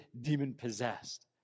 demon-possessed